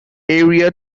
area